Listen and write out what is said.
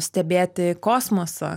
stebėti kosmosą